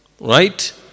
Right